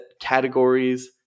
categories